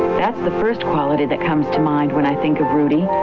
that's the first quality that comes to mind when i think of rudy.